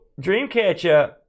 Dreamcatcher